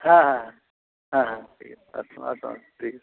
হ্যাঁ হ্যাঁ হ্যাঁ ঠিক আছে আসুন আসুন ঠিক আছে